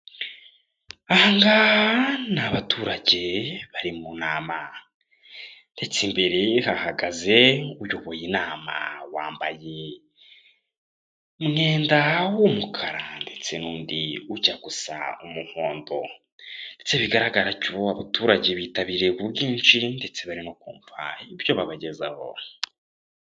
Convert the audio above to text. Aba ngaba ni abaturage bari mu nama ndetse imbere hahagaze uyoboye inama wambaye umwenda w'umukara ndetse n'undi ujya gusa umuhondo ndetse bigaragara ko abaturage bitabiriye ku bwinshi ndetse barimo kumva ibyo babagezaho.